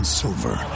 silver